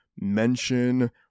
mention